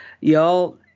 y'all